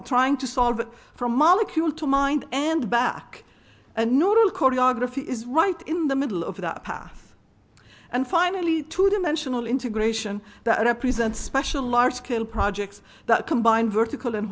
e trying to solve it from molecule to mind and back and no choreography is right in the middle of the path and finally two dimensional integration that represents special large scale projects that combine vertical and